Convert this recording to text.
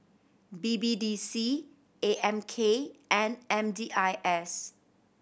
B B D C A M K and M D I S